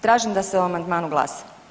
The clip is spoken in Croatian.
Tražim da se o amandmanu glasa.